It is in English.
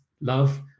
love